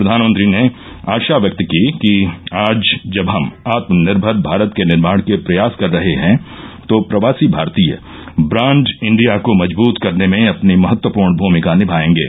प्रधानमंत्री ने आशा व्यक्त की कि आज जब हम आत्मनिर्मर भारत के निर्माण के प्रयास कर रहे हैं तो प्रवासी भारतीय ब्रांड इंडिया को मजबुत करने में अपनी महत्वपूर्ण भुमिका निभाएंगे